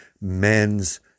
men's